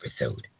episode